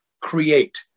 create